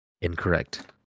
incorrect